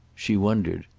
she wondered.